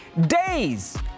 days